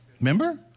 Remember